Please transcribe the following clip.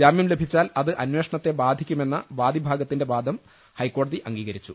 ജാമ്യം ലഭിച്ചാൽ അത് അന്വേഷണത്തെ ബാധിക്കുമെന്ന വാദിഭാഗത്തിന്റെ വാദം ഹൈക്കോടതി അംഗീകരിച്ചു